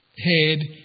head